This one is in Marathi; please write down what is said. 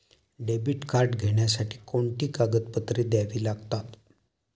डेबिट कार्ड घेण्यासाठी कोणती कागदपत्रे द्यावी लागतात?